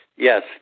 Yes